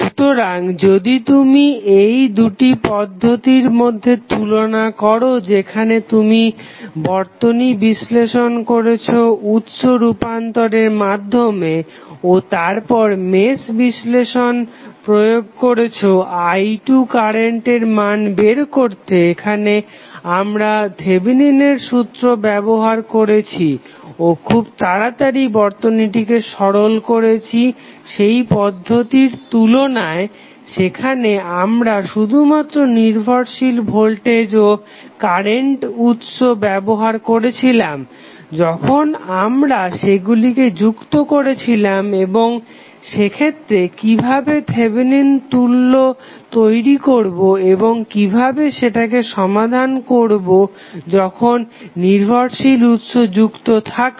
সুতরাং যদি তুমি এই দুটি পদ্ধতির মধ্যে তুলনা করো যেখানে তুমি বর্তনী বিশ্লেষণ করেছো উৎস রুপান্তরের মাধ্যমে ও তারপর মেশ বিশ্লেষণ প্রয়োগ করেছো i2 কারেন্টের মান বের করতে এখানে আমরা থেভেনিনের সূত্র ব্যবহার করেছি ও খুব তাড়াতাড়ি বর্তনীটিকে সরল করেছি সেই পদ্ধতির তুলনায় যেখানে আমরা শুধুমাত্র নির্ভরশীল ভোল্টেজ ও কারেন্ট উৎস ব্যবহার করেছিলাম যখন আমরা সেগুলিকে যুক্ত করলাম এবং সেক্ষেত্রে কিভাবে থেভেনিন তুল্য তৈরি করবো এবং কিভাবে সেটাকে সমাধান করবো যখন নির্ভরশীল উৎস যুক্ত থাকবে